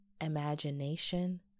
imagination